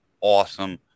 awesome